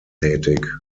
tätig